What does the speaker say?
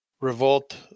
revolt